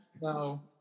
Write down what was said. no